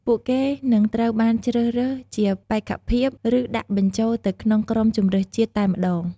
ពួកគេនឹងត្រូវបានជ្រើសរើសជាបេក្ខភាព ឬដាក់បញ្ចូលទៅក្នុងក្រុមជម្រើសជាតិតែម្ដង។